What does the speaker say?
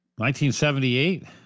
1978